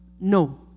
No